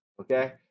okay